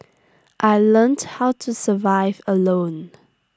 I learnt how to survive alone